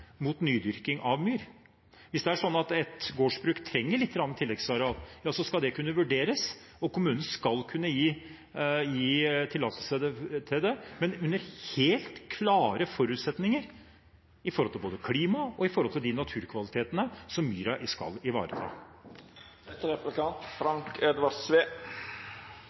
mot nydyrking av myr. Hvis det er sånn at et gårdsbruk trenger litt tilleggsareal, skal det kunne vurderes, og kommunen skal kunne gi tillatelse til det, men under helt klare forutsetninger med hensyn til klima og de naturkvalitetene som myra skal ivareta. Eg vil også nytte høvet til å gratulere representanten med stillinga som leiar i